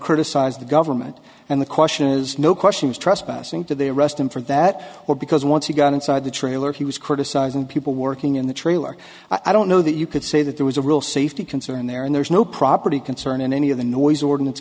criticize the government and the question is no question is trespassing to they arrest him for that or because once he got inside the trailer he was criticizing people working in the trailer i don't know that you could say that there was a real safety concern there and there's no property concern in any of the noise ordinance